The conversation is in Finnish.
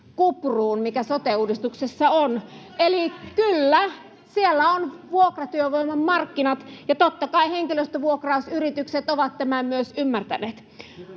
kupruun, mikä sote-uudistuksessa on. Eli kyllä, siellä on vuokratyövoiman markkinat, ja totta kai henkilöstövuokrausyritykset ovat tämän myös ymmärtäneet.